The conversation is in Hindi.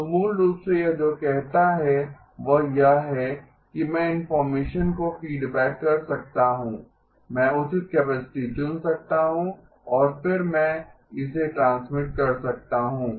तो मूल रूप से यह जो कहता है वह यह है कि मैं इनफार्मेशन को फीडबैक कर सकता हूं मैं उचित कैपेसिटी चुन सकता हूं और फिर मैं इसे ट्रांसमिट कर सकता हूं